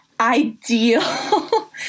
ideal